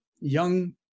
young